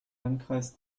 landkreis